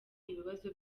ibibazo